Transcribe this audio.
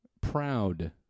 proud